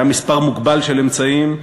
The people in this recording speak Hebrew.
היה מספר מוגבל של אמצעים,